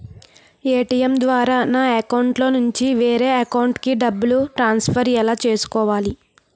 ATM ద్వారా నా అకౌంట్లోనుంచి వేరే అకౌంట్ కి డబ్బులు ట్రాన్సఫర్ ఎలా చేసుకోవాలి?